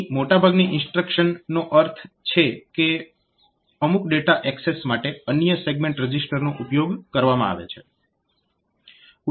અહીં મોટા ભાગની ઇન્સ્ટ્રક્શન નો અર્થ છે કે અમુક ડેટા એક્સેસ માટે અન્ય સેગમેન્ટ રજીસ્ટરનો ઉપયોગ કરવામાં આવે છે